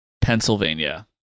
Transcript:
Pennsylvania